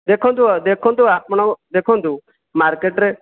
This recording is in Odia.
ଦେଖନ୍ତୁ ଦେଖନ୍ତୁ ଆପଣ ଦେଖନ୍ତୁ ମାର୍କେଟ୍ରେ